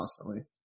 constantly